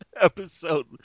Episode